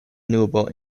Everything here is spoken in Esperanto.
nubo